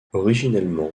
originellement